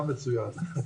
מצוין.